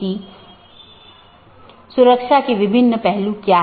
BGP एक बाहरी gateway protocol है